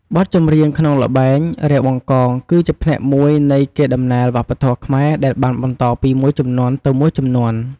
បទច្រៀងក្នុងល្បែង រាវបង្កង គឺជាផ្នែកមួយនៃ កេរដំណែលវប្បធម៌ខ្មែរ ដែលបានបន្តពីមួយជំនាន់ទៅមួយជំនាន់។